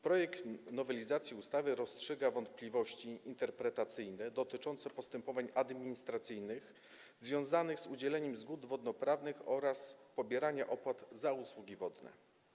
Projekt nowelizacji ustawy rozstrzyga wątpliwości interpretacyjne dotyczące postępowań administracyjnych związanych z udzielaniem zgód wodnoprawnych oraz podbierania opłat za usługi wodne.